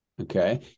Okay